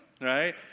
right